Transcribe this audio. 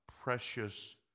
precious